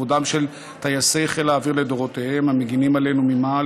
לכבודם של טייסי חיל האוויר לדורותיהם המגינים עלינו ממעל,